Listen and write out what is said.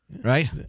right